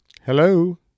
Hello